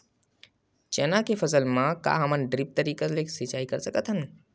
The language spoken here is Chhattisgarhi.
चना के फसल म का हमन ड्रिप तरीका ले सिचाई कर सकत हन?